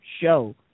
show